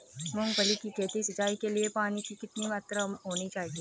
मूंगफली की खेती की सिंचाई के लिए पानी की कितनी मात्रा होनी चाहिए?